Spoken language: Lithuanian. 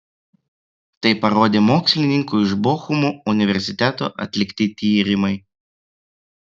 tai parodė mokslininkų iš bochumo universiteto atlikti tyrimai